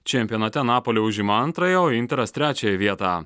čempionate napoli užima antrąją o interas trečiąją vietą